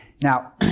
Now